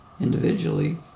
Individually